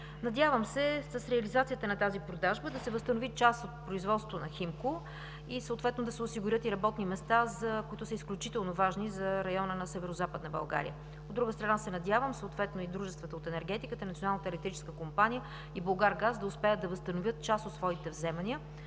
Надявам се с реализацията на тази продажба да се възстанови част от производството на „Химко” и съответно да се осигурят и работни места, които са изключително важни за района на Северозападна България. От друга страна, се надявам съответно и дружествата от енергетиката – Националната електрическа компания и „Булгаргаз”, да успеят да възстановят част от своите вземания,